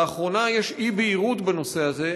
לאחרונה יש אי-בהירות בנושא הזה.